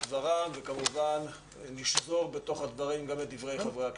דברם וכמובן נשזור בתוך הדברים גם את דברי חברי הכנסת.